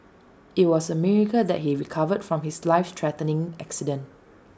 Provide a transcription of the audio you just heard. IT was A miracle that he recovered from his life threatening accident